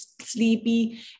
sleepy